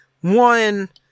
One